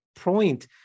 point